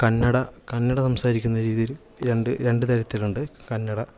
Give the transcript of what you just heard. കന്നഡ കന്നഡ സംസാരിക്കുന്ന രീതിയിൽ രണ്ട് രണ്ട് തരത്തിലുണ്ട് കന്നഡ